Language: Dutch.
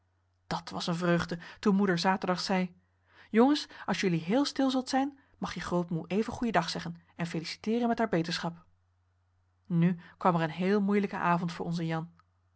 dat was een vreugde toen moeder zaterdags henriette van noorden weet je nog wel van toen zei jongens als jullie heel stil zult zijn mag je grootmoe even goeien dag zeggen en feliciteeren met haar beterschap nu kwam er een heel moeilijke avond voor onzen jan